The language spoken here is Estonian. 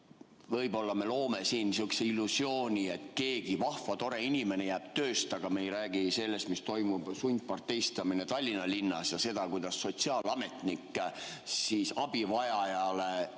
Võib-olla me loome siin sihukese illusiooni, et keegi vahva, tore inimene jääb tööst ilma, aga me ei räägi sellest, mis toimub, sundparteistamisest Tallinna linnas ja sellest, kuidas sotsiaalametnik siis abivajajale